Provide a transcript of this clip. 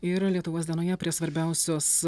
ir lietuvos dienoje prie svarbiausios